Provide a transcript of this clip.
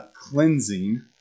cleansing